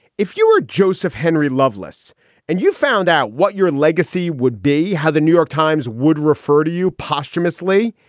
if you were joseph henry loveless and you found out what your legacy would be, how the new york times would refer to you posthumously.